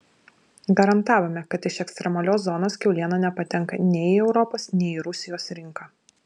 garantavome kad iš ekstremalios zonos kiauliena nepatenka nei į europos nei į rusijos rinką